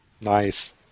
Nice